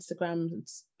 Instagram